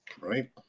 right